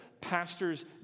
pastor's